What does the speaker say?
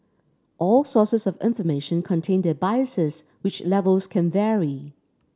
all sources of information contain their biases which levels can vary